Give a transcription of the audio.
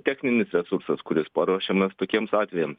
techninis resursas kuris paruošiamas tokiems atvejams